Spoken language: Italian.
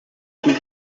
cui